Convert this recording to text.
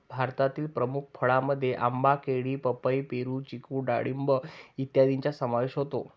भारतातील प्रमुख फळांमध्ये आंबा, केळी, पपई, पेरू, चिकू डाळिंब इत्यादींचा समावेश होतो